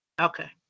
Okay